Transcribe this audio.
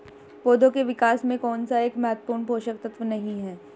पौधों के विकास में कौन सा एक महत्वपूर्ण पोषक तत्व नहीं है?